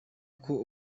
uko